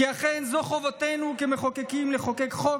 כי אכן זו חובתנו כמחוקקים לחוקק חוק